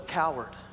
coward